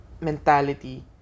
mentality